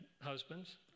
husbands